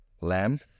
Lamb